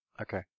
Okay